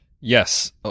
Yes